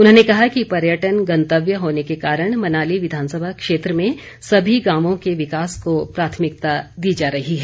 उन्होंने कहा कि पर्यटन गंतव्य होने के कारण मनाली विधानसभा क्षेत्र में सभी गांवों के विकास को प्राथमिकता दी जा रही है